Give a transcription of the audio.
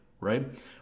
right